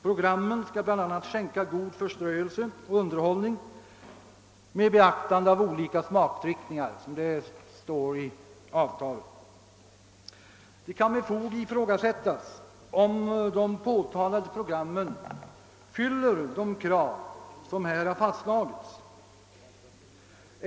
Programmen skall bl.a. skänka god förströelse och underhållning med beaktande av olika smakriktningar, som det står i avtalet. Det kan med fog ifrågasättas om de påtalade programmen fyller de krav som här har fastslagits.